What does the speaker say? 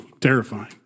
terrifying